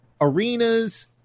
arenas